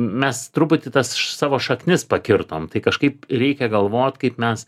mes truputį tas savo šaknis pakirtom tai kažkaip reikia galvot kaip mes